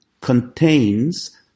contains